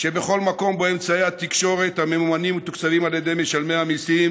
שבכל מקום שבו אמצעי התקשורת ממומנים ומתוקצבים על ידי משלמי המיסים